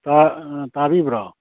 ꯇꯥꯕꯤꯕ꯭ꯔꯣ